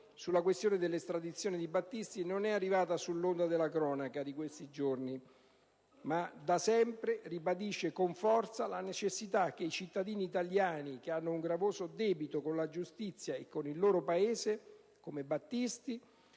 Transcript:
sulla questione dell'estradizione di Battisti non è arrivata sull'onda della cronaca di questi giorni, ma da sempre ribadisce con forza la necessità che i cittadini italiani che hanno un gravoso debito con la giustizia e con il loro Paese, come Battisti,